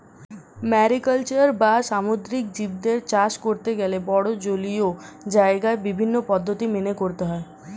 mariculture বা সামুদ্রিক জীবদের চাষ করতে গেলে বড়ো জলীয় জায়গায় বিভিন্ন পদ্ধতি মেনে করতে হয়